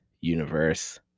universe